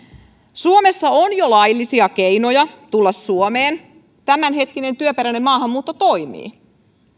suomessa on jo laillisia keinoja tulla suomeen tämänhetkinen työperäinen maahanmuutto toimii